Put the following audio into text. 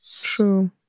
true